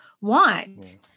want